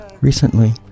recently